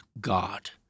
GOD